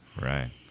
right